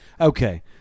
Okay